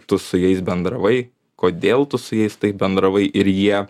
tu su jais bendravai kodėl tu su jais taip bendravai ir jie